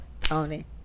Tony